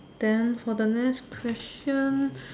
then for the next question